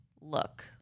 look